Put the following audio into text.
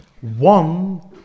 one